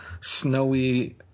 snowy